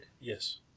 Yes